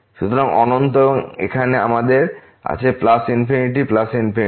সুতরাং অনন্ত এবং এখানেও আমাদের আছে প্লাস ইনফিনিটি প্লাস ইনফিনিটি